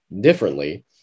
differently